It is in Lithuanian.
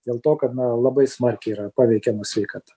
dėl to kad na labai smarkiai yra paveikiama sveikata